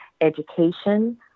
education